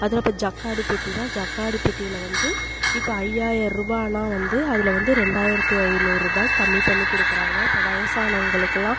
அதில் இப்போ ஜக்காடு பெட்டினா ஜக்காடு பெட்டியில் வந்து இப்போ ஐயாயர ரூபானா வந்து அதில் வந்து ரெண்டாயிரத்தி ஐநூறுரூபாய் கம்மி பண்ணி கொடுக்குறாங்க இப்போ வயசானவங்களுக்கெல்லாம்